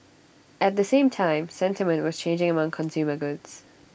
at the same time sentiment was changing among consumer goods